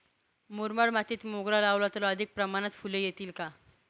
मुरमाड मातीत मोगरा लावला तर अधिक प्रमाणात फूले येतील का?